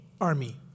army